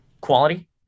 quality